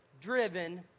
driven